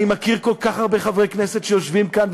אני מכיר כל כך הרבה חברי כנסת שיושבים כאן,